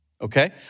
Okay